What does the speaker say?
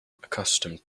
accustomed